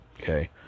okay